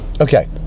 okay